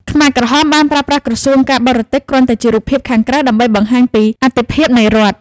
ខ្មែរក្រហមបានប្រើប្រាស់ «ក្រសួងការបរទេស» គ្រាន់តែជារូបភាពខាងក្រៅដើម្បីបង្ហាញពីអត្ថិភាពនៃរដ្ឋ។